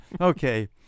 Okay